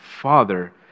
Father